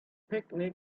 picnic